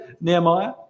Nehemiah